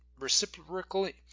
reciprocally